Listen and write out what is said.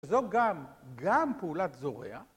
זו גם, גם פעולת זורע.